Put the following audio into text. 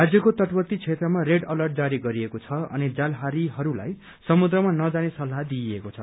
राज्यको तटवर्ती क्षेत्रमा रेड अलर्ट जारी गरिएको छ अनि जालजारीहरूलाई समुन्द्रमा नजाने सल्लाह दिएको छ